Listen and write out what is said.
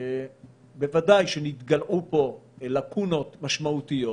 בוודאי שנתגלעו פה לקונות משמעותיות,